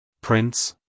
Prince